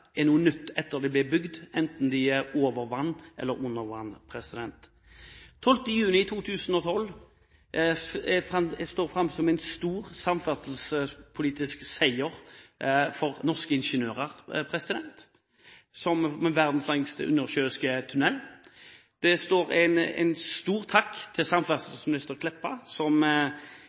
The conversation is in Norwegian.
er noe nytt etter at de er bygd – enten de er over vann eller under vann. Den 12. juni 2012 står fram som en dag med en stor samferdselspolitisk seier til norske ingeniører – med verdens lengste undersjøiske tunnel. En stor takk til samferdselsminister Meltveit Kleppa, som